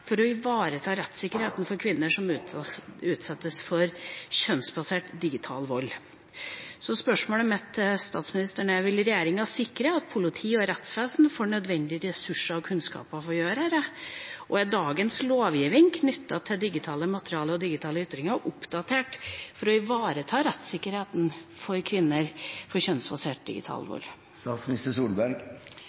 for å ivareta rettssikkerheten for kvinner som utsettes for kjønnsbasert digital vold. Så spørsmålet mitt til statsministeren er: Vil regjeringa sikre at politi og rettsvesen får nødvendige ressurser og kunnskap for å gjøre dette? Og er dagens lovgivning knyttet til digitalt materiale og digitale ytringer oppdatert for å ivareta rettssikkerheten til kvinner som utsettes for kjønnsbasert digital vold?